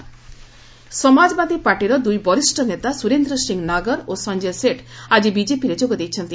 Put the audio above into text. BJP joining Samajwadi ପାର୍ଟିର ଦୁଇ ବରିଷ୍ଣ ନେତା ସୁରେନ୍ଦ୍ର ସିଂ ନାଗର ଓ ସଞ୍ଜୟ ସେଠ୍ ଆଜି ବିକେପିରେ ଯୋଗ ଦେଇଛନ୍ତି